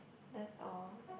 that's all